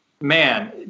man